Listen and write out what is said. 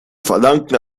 verlangten